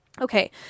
Okay